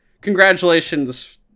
congratulations